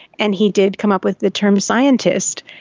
and he did come up with the term scientist.